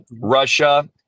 Russia